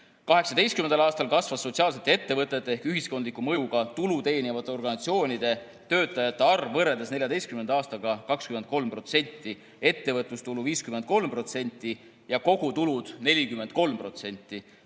2018. aastal kasvas sotsiaalsete ettevõtete ehk ühiskondliku mõjuga tulu teenivate organisatsioonide töötajate arv võrreldes 2014. aastaga 23%, ettevõtlustulu 53% ja kogutulu 43%.